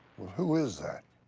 who is that?